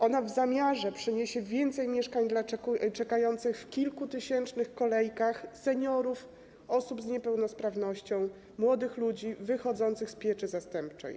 Ona w zamiarze przyniesie więcej mieszkań dla czekających w kilkutysięcznych kolejkach, seniorów, osób z niepełnosprawnością, młodych ludzi wychodzących z pieczy zastępczej.